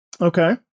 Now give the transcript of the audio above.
Okay